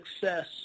success